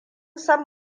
san